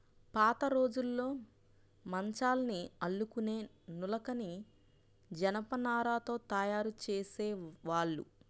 పాతరోజుల్లో మంచాల్ని అల్లుకునే నులకని జనపనారతో తయ్యారు జేసేవాళ్ళు